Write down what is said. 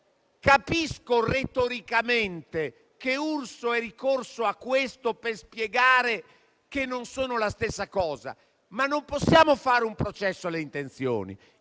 Capisco che retoricamente il senatore Urso è ricorso a questo per spiegare che non sono la stessa cosa, ma non possiamo fare un processo alle intenzioni.